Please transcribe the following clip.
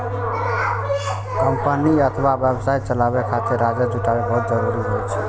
company अथवा व्यवसाय चलाबै खातिर राजस्व जुटायब बहुत जरूरी होइ छै